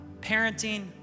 parenting